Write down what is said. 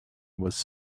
was